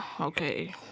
okay